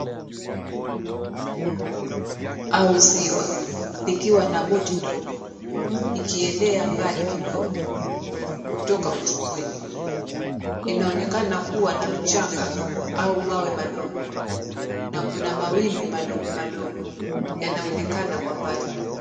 La bahari au ziwa, likiwa na boti ndogo, ikielea mbali kidogo kutoka ufukweni. Inaonekana kuwa na mchanga au mawe madogo na kuna mawimbi madogomadogo yanayoonekana kwa mbali.